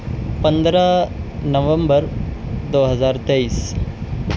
پندرہ نومبر دو ہزار تیئس